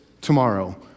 tomorrow